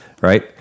right